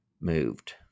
moved